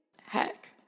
heck